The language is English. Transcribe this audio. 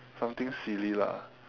something silly lah